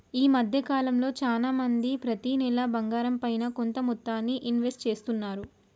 ఈ మద్దె కాలంలో చానా మంది ప్రతి నెలా బంగారంపైన కొంత మొత్తాన్ని ఇన్వెస్ట్ చేస్తున్నారు